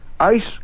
ice